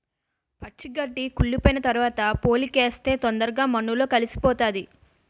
పచ్చి గడ్డి కుళ్లిపోయిన తరవాత పోలికేస్తే తొందరగా మన్నులో కలిసిపోతాది